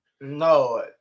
No